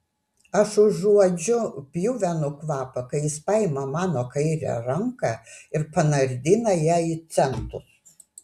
aš užuodžiu pjuvenų kvapą kai jis paima mano kairę ranką ir panardina ją į centus